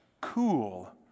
cool